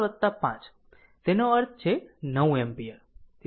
તેથી આ સમજી શકાય એવું છે